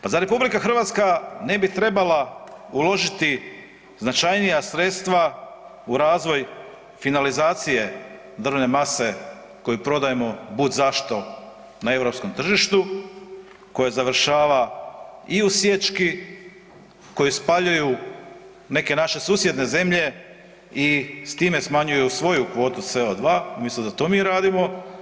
Pa zar RH ne bi trebala uložiti značajnija sredstva u razvoj finalizacije drvene mase koju prodajemo bud zašto na europskom tržištu koja završava i u sječki, koju spaljuju neke naša susjedne zemlje i s time smanjuju svoju kvotu CO2 umjesto da to mi radimo.